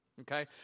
okay